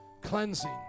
cleansing